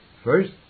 First